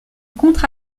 contre